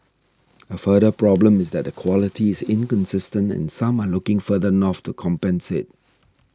a further problem is that the quality is inconsistent and some are looking further north to compensate